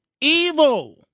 evil